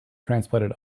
transplanted